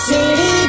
City